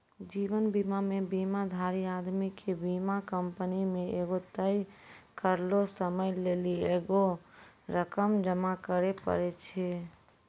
जीवन बीमा मे बीमाधारी आदमी के बीमा कंपनी मे एगो तय करलो समय लेली एगो रकम जमा करे पड़ै छै